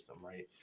right